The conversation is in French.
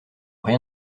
rien